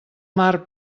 mar